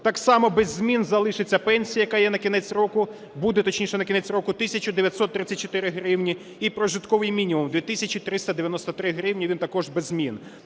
Так само без змін залишиться пенсія, яка є на кінець року, буде, точніше, на кінець року – 1 тисяча 934 гривні і прожитковий мінімум – 2 тисячі 393 гривні, він також без змін.